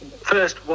first